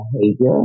behavior